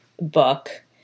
book